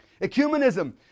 Ecumenism